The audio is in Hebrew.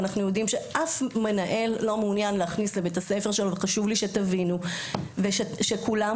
חשוב לי שתבינו ושכולם